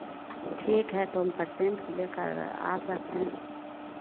ठीक है तो अम पसेन्ट लेकर आ सकते हैं